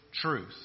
truth